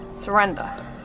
Surrender